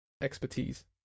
expertise